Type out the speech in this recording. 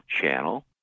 channel